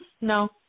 no